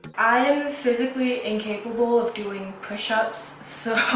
i am physically incapable of doing push-ups, so